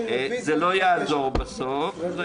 זה לא יעזור בסוף.